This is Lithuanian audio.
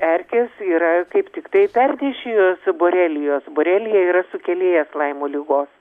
erkės yra kaip tiktai pernešėjos borelijos borelija yra sukėlėjas laimo ligos